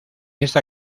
esta